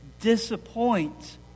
disappoint